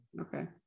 Okay